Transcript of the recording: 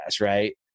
Right